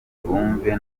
bumve